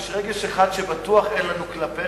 יש רגש אחד שבטוח אין לנו אליך,